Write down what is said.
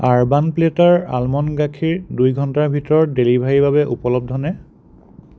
urban প্লেটাৰ almond গাখীৰ দুই ঘণ্টাৰ ভিতৰত ডেলিভাৰীৰ বাবে উপলব্ধনে